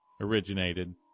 originated